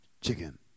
chicken